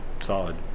solid